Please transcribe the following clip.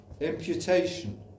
imputation